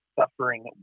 suffering